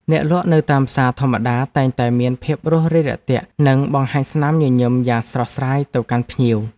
អ្នកលក់នៅតាមផ្សារធម្មតាតែងតែមានភាពរួសរាយរាក់ទាក់និងបង្ហាញស្នាមញញឹមយ៉ាងស្រស់ស្រាយទៅកាន់ភ្ញៀវ។